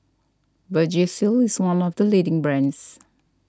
Vagisil is one of the leading brands